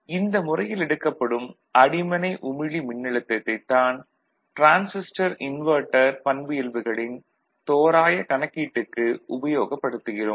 இந்த முறையில் எடுக்கப்படும் அடிமனை உமிழி மின்னழுத்தத்தைத் தான் டிரான்சிஸ்டர் இன்வெர்ட்டர் பண்பியல்புகளின் தோராய கணக்கீட்டுக்கு உபயோகப்படுத்துகிறோம்